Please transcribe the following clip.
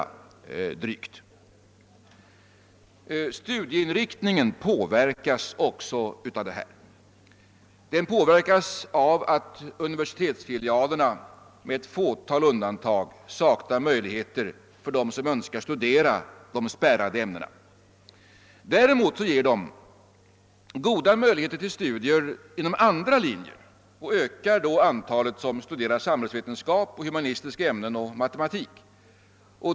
Studieinriktningen påverkas också av detta. Den påverkas av att universitetsfilialerna med ett fåtal undantag saknar möjligheter för dem som önskar studera de spärrade ämnena. Däremot ger filialerna goda möjligheter till studier inom andra linjer och ökar antalet som studerar samhällsvetenskap och humanistiska ämnen och matematik.